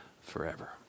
forever